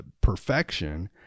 perfection